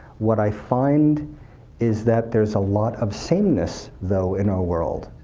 what i find is that there's a lot of sameness, though, in our world.